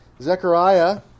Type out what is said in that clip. Zechariah